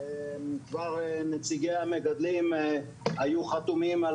כבר נציגי המגדלים היו חתומים על